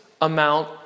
amount